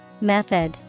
Method